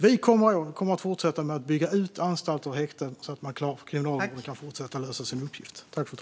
Vi kommer att fortsätta bygga ut anstalter och häkten, så att Kriminalvården kan fortsätta att lösa sin uppgift.